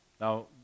Now